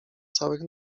całych